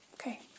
okay